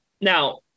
Now